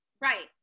Right